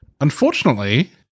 Unfortunately